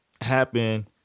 happen